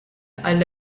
għall